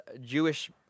Jewish